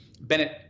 Bennett